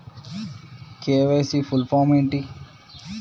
KYC full form ఏంటి?